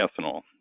ethanol